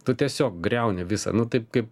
tu tiesiog griauni visą nu taip kaip